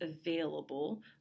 available